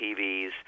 TVs